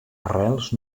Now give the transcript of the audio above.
arrels